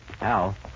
Al